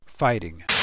Fighting